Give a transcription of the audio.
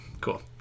cool